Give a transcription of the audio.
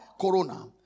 Corona